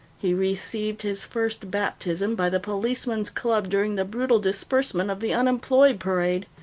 he received his first baptism by the policeman's club during the brutal dispersement of the unemployed parade.